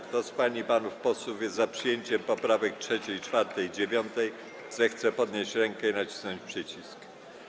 Kto z pań i panów posłów jest za przyjęciem poprawek 3., 4. i 9., zechce podnieść rękę i nacisnąć przycisk.